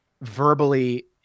verbally